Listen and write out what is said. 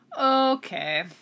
Okay